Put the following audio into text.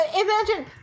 Imagine